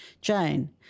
Jane